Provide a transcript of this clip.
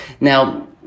Now